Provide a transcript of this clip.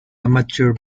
amateur